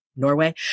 Norway